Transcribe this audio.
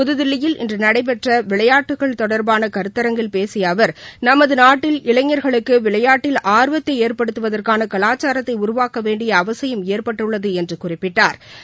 புதுதில்லியில் இன்று நடைபெற்ற விளையாட்டுக்கள் தொடர்பான கருத்தரங்கில் பேசிய அவர் நமது நாட்டில் இளைஞர்களுக்கு விளையாட்டில் ஆர்வத்தை ஏற்படுத்துவதற்கான கவாச்சாரத்தை உருவாக்க வேண்டிய அவசியம் ஏற்பட்டுள்ளது என்று குறிப்பிட்டாா்